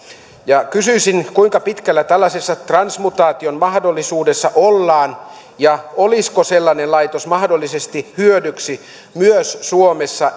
kysyisin kuinka pitkällä tällaisessa transmutaation mahdollisuudessa ollaan ja olisiko sellainen laitos mahdollisesti hyödyksi myös suomessa